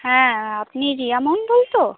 হ্যাঁ আপনি রিয়া মণ্ডল তো